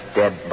dead